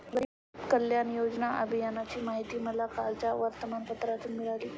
गरीब कल्याण योजना अभियानाची माहिती मला कालच्या वर्तमानपत्रातून मिळाली